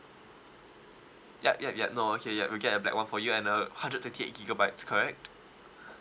yup yup yup no okay yup we get a black one for you and uh hundred twenty eight gigabytes correct